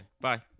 Bye